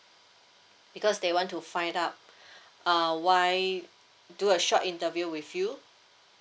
because they want to find out uh why do a short interview with you